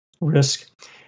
risk